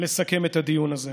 לסכם את הדיון הזה.